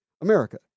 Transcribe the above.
America